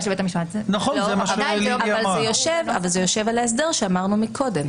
אבל זה יושב על ההסדר שאמרנו קודם.